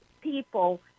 people